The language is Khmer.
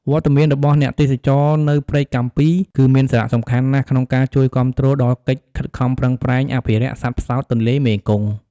វត្តមានរបស់អ្នកទេសចរនៅព្រែកកាំពី គឺមានសារៈសំខាន់ណាស់ក្នុងការជួយគាំទ្រដល់កិច្ចខិតខំប្រឹងប្រែងអភិរក្សសត្វផ្សោតទន្លេមេគង្គ ។